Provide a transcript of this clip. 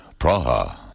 Praha